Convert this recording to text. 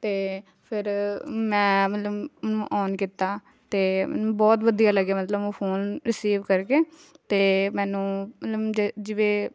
ਅਤੇ ਫਿਰ ਮੈਂ ਮਤਲਬ ਉਹਨੂੰ ਔਨ ਕੀਤਾ ਅਤੇ ਮੈਨੂੰ ਬਹੁਤ ਵਧੀਆ ਲੱਗਿਆ ਮਤਲਬ ਉਹ ਫ਼ੋਨ ਰਿਸੀਵ ਕਰਕੇ ਅਤੇ ਮੈਨੂੰ ਮਤਲਬ ਜਿ ਜਿਵੇਂ